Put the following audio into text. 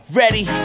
ready